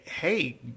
hey